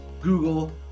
Google